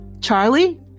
Charlie